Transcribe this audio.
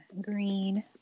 Green